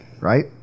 right